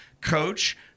Coach